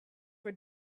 for